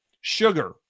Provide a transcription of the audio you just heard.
sugar